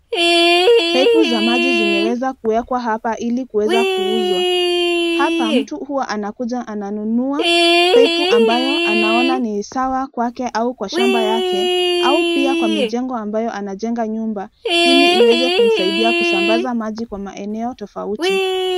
Paipu za maji zimeweza kuwekwa hapa ili kuweza kuuzwa, hapa, mtu huwa anakuja ananunua, paipu ambayo anaona ni sawa kwake, au kwa shamba yake, au pia kwa mijengo ambayo anajenga nyumba ili iweze kumsaidia kusambaza maji kwa maeneo tofauti.